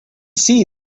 see